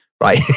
Right